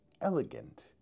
elegant